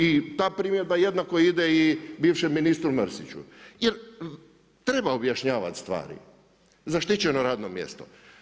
I ta primjedba jednako ide i bivšem ministru Mrsiću, jer treba objašnjavati stvari, zaštićeno radno mjesto.